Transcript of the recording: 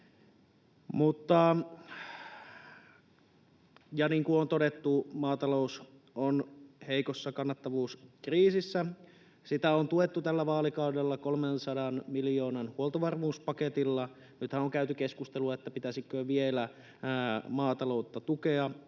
hyvin. Niin kuin on todettu, maatalous voi heikosti kannattavuuskriisissä. Sitä on tuettu tällä vaalikaudella 300 miljoonan huoltovarmuuspaketilla. Nythän on käyty keskustelua, pitäisikö maataloutta vielä